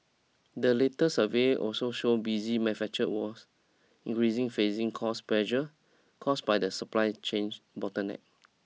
the latest survey also showed busy manufacture was increasing facing cost pressure caused by supply change bottleneck